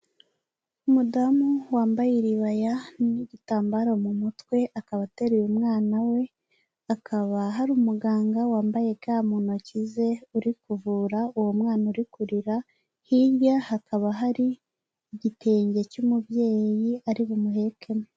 Umudamu wambaye iribaya n'igitambaro mu mutwe akaba atereye umwana we, hakaba hari umuganga wambaye ga mu ntoki ze uri kuvura uwo mwana uri kurira, hirya hakaba hari igitenge cy'umubyeyi ari bumuhekemo.